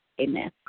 Amen